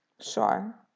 Sure